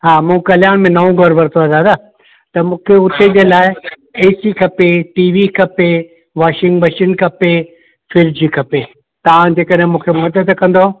हा मूं कल्याण में नओं घरु वरितो आहे दादा त मूंखे हुते जे लाइ ए सी खपे टी वी खपे वॉशिंग मशीन खपे फ्रिज खपे तव्हां जे करे मूंखे मदद कंदौ